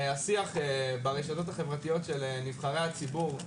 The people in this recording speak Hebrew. השיח ברשתות החברתיות של נבחרי הציבור,